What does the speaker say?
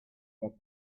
that